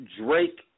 Drake